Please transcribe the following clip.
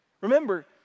Remember